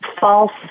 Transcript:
false